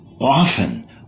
often